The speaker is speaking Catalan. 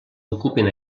ocupen